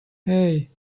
hey